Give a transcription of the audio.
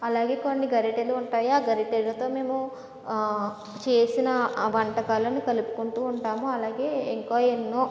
అలాగే కొన్ని గరిటెలుంటాయి ఆ గరిటెలతో మేము ఆ చేసిన ఆ వంటకాలను కలుపుకుంటూ ఉంటాము అలాగే ఇంకా ఎన్నో